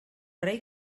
rei